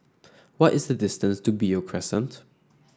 what is the distance to Beo Crescent